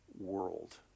world